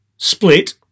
split